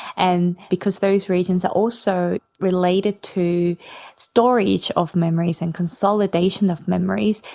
and because those regions are also related to storage of memories and consolidation of memories,